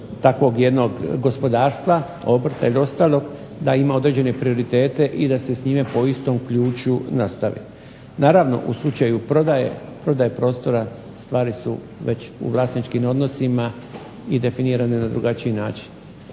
takvog jednog gospodarstva, obrta ili ostalog da ima određene prioritete i da se s njime po istom ključu nastavi. Naravno u slučaju prodaje prostora stvari su već u vlasničkim odnosima i definirane na drugačiji način.